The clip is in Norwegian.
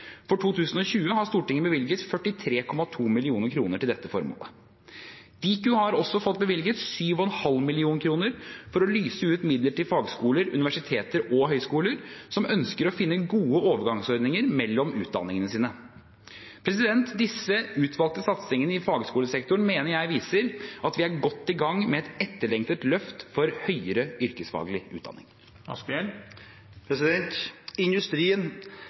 For 2020 har Stortinget bevilget 43,2 mill. kr til dette formålet. Diku har også fått bevilget 7,5 mill. kr for å lyse ut midler til fagskoler, universiteter og høyskoler som ønsker å finne gode overgangsordninger mellom utdanningene sine. Disse utvalgte satsingene i fagskolesektoren mener jeg viser at vi er godt i gang med et etterlengtet løft for høyere yrkesfaglig utdanning.